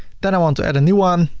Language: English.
then i want to add a new one.